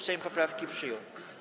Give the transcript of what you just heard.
Sejm poprawki przyjął.